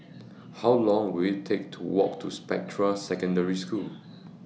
How Long Will IT Take to Walk to Spectra Secondary School